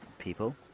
people